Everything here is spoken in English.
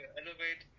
elevate